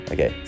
Okay